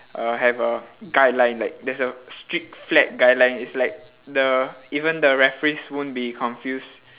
uh have a guideline like there's a strict flat guideline is like the even the referees won't be confused